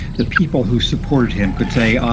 the people who supported him could say,